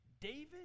David